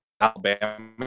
Alabama